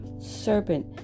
serpent